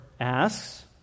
asks